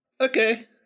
okay